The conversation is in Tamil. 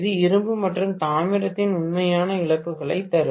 இது இரும்பு மற்றும் தாமிரத்தின் உண்மையான இழப்புகளைத் தரும்